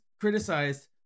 criticized